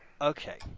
okay